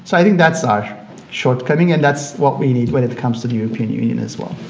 so i think that's our shortcoming and that's what we need when it comes to the european union as well.